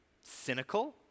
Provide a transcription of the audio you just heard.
cynical